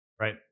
Right